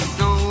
no